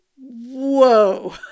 Whoa